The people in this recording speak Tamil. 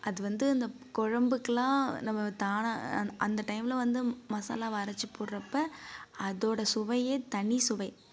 அது வந்து அந்த குழம்புக்குலாம் நம்ம தானாக அந்த டைமில் வந்து மசாலாவை அரைத்துப் போடுறப்ப அதோட சுவையே தனி சுவை